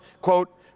quote